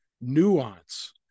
nuance